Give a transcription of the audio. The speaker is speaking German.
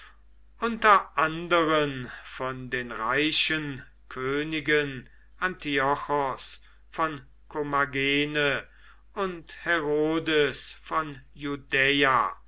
unter anderen von den reichen königen antiochos von kommagene und herodes von judäa